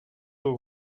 aux